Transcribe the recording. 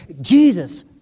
Jesus